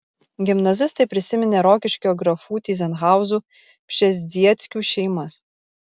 gimnazistai prisiminė rokiškio grafų tyzenhauzų pšezdzieckių šeimas